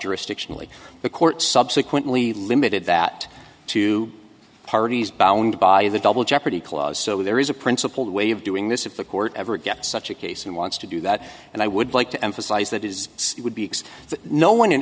jurisdictionally the court subsequently limited that to parties bound by the double jeopardy clause so there is a principled way of doing this if the court ever gets such a case and wants to do that and i would play to emphasize that is it would be x no one in